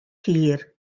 hir